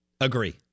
Agree